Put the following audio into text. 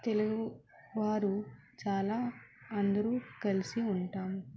తెలుగు వారు చాలా అందరు కలిసి ఉంటాము